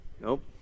Nope